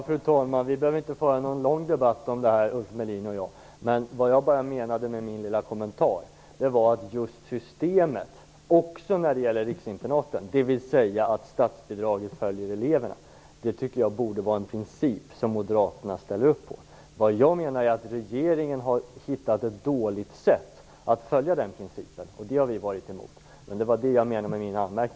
Fru talman! Vi behöver inte föra någon lång debatt om det här, Ulf Melin och jag. Vad jag menade med min lilla kommentar var att just systemet, dvs. att statsbidraget följer eleverna - också när det gäller riksinternaten - tycker jag borde vara en princip som Moderaterna ställer upp på. Vad jag menar är att regeringen har hittat ett dåligt sätt att följa den principen, och det har vi varit emot. Det var det jag menade med min anmärkning.